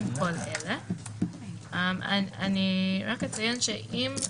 לקבל --- הנוהל שלנו אצלכם כבר לפני חודש.